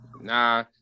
Nah